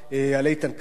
לאיתן כבל,